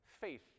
faith